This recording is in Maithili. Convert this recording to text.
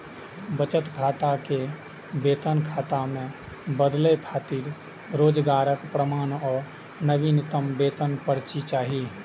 बचत खाता कें वेतन खाता मे बदलै खातिर रोजगारक प्रमाण आ नवीनतम वेतन पर्ची चाही